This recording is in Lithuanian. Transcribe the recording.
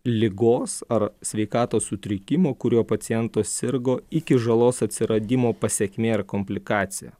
ligos ar sveikatos sutrikimo kuriuo pacientas sirgo iki žalos atsiradimo pasekmė ar komplikacija